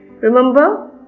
Remember